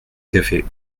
café